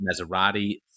Maserati